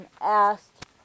asked